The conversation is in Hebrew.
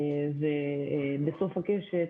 בסוף הקשת,